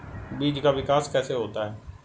बीज का विकास कैसे होता है?